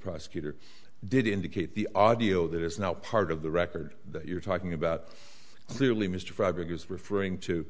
prosecutor did indicate the audio that is now part of the record that you're talking about clearly mr freiberg is referring to